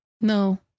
no